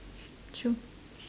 true